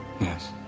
Yes